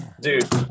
dude